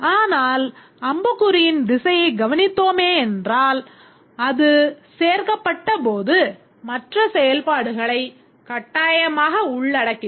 ஆனால் அம்புக்குறியின் திசையைக் கவனித்தோமென்றால் அது சேர்க்கப்பட்டபோது மற்ற செயல்பாடுகளைக் கட்டாயமாக உள்ளடக்கிற்று